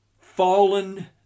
fallen